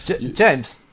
James